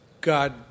God